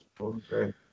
Okay